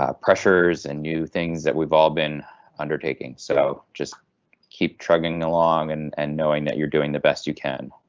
ah pressures and new things that we've all been undertaking. so just keep trudging along and and knowing that you're doing the best you can